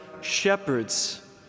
shepherds